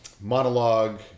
monologue